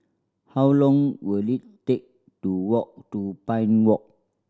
how long will it take to walk to Pine Walk